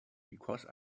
because